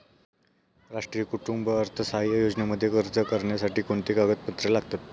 राष्ट्रीय कुटुंब अर्थसहाय्य योजनेमध्ये अर्ज करण्यासाठी कोणती कागदपत्रे लागतात?